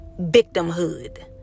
victimhood